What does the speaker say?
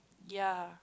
ya